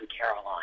Caroline